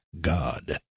God